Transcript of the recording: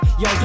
yo